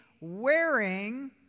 wearing